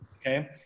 Okay